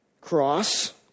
cross